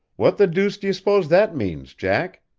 what the deuce do you suppose that means, jack?